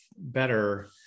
better